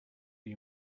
you